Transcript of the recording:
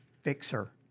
fixer